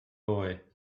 boy